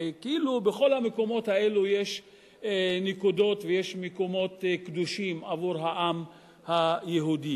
וכאילו בכל המקומות האלו יש נקודות ויש מקומות קדושים עבור העם היהודי.